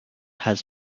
has